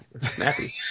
snappy